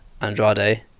Andrade